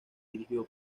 dirigido